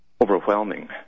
overwhelming